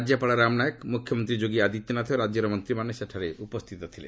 ରାଜ୍ୟପାଳ ରାମ ନାୟକ ମୁଖ୍ୟମନ୍ତ୍ରୀ ଯୋଗୀ ଆଦିତ୍ୟନାଥ ଓ ରାଜ୍ୟର ମନ୍ତ୍ରୀମାନେ ସେଠାରେ ଉପସ୍ଥିତ ଥିଲେ